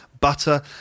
butter